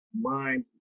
mind